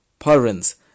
Parents